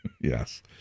yes